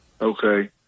Okay